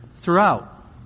throughout